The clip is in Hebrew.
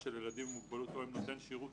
של ילדים עם מוגבלות או עם נותן שירות